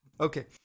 okay